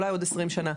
אולי עוד עשרים שנה.